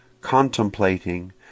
contemplating